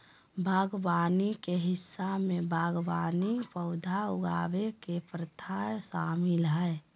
बागवानी के हिस्सा में बागवानी पौधा उगावय के प्रथा शामिल हइ